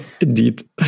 Indeed